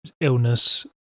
illness